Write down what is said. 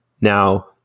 Now